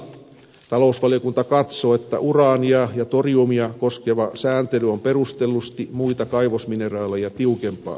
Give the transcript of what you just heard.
talousvaliokunta katsoo että uraania ja toriumia koskeva sääntely on perustellusti muita kaivosmineraaleja tiukempaa